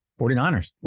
49ers